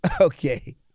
Okay